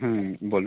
হুম বলুন